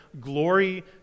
glory